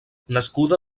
nascuda